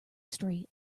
straight